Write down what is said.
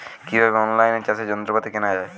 কিভাবে অন লাইনে চাষের যন্ত্রপাতি কেনা য়ায়?